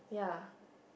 yeah